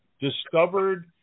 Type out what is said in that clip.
discovered